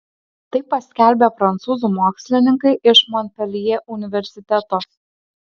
tai paskelbė prancūzų mokslininkai iš monpeljė universiteto